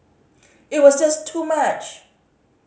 it was just too much